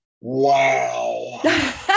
Wow